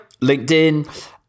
LinkedIn